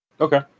Okay